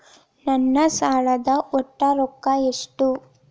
ನನ್ನ ಸಾಲದ ಒಟ್ಟ ರೊಕ್ಕ ಎಷ್ಟು?